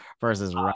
versus